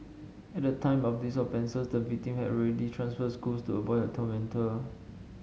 at the time of these offences the victim had already transferred schools to avoid tormentor